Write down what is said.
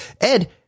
ed